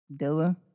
Dilla